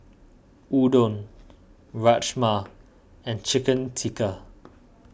Udon Rajma and Chicken Tikka